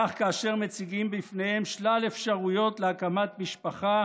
כך כאשר מציגים בפניהם שלל אפשרויות להקמת משפחה